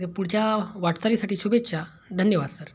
या पुढच्या वाटचालीसाठी शुभेच्छा धन्यवाद सर